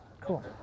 cool